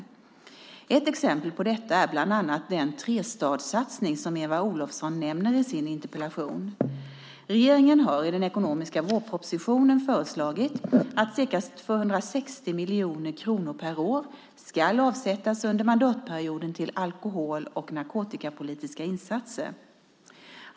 Ett exempel på detta är bland annat den trestadssatsning som Eva Olofsson nämner i sin interpellation. Regeringen har i den ekonomiska vårpropositionen föreslagit att ca 260 miljoner kronor per år ska avsättas under mandatperioden till drogförebyggande insatser.